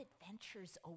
adventures